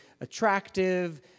attractive